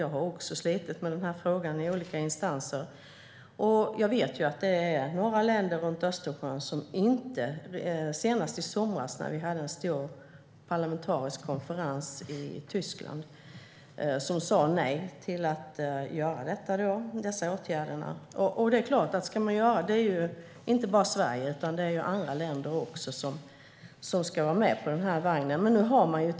Jag har också slitit med den här frågan i olika instanser, och jag vet ju att det är några länder runt Östersjön som senast i somras, när vi hade en stor parlamentarisk konferens i Tyskland, sa nej till att göra dessa åtgärder. Det är klart att ska man göra det så är det ju också andra länder som ska vara med på den här vagnen och inte bara Sverige.